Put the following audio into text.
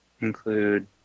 include